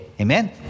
Amen